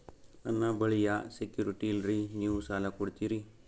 ನನ್ನ ಬಳಿ ಯಾ ಸೆಕ್ಯುರಿಟಿ ಇಲ್ರಿ ನೀವು ಸಾಲ ಕೊಡ್ತೀರಿ?